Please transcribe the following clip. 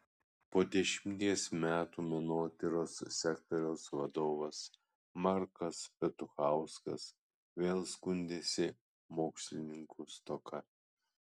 po dešimties metų menotyros sektoriaus vadovas markas petuchauskas vėl skundėsi mokslininkų stoka